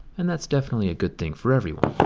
and that's definitely a good thing for everyone.